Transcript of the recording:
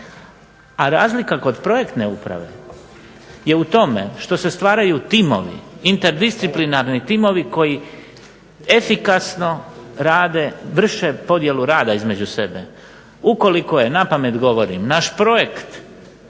A razlika kod projektne uprave je u tome što se stvaraju timovi, interdisciplinarni timovi koji efikasno rade, vrše podjelu rada između sebe. Ukoliko je, napamet govorim, naš projekt